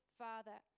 father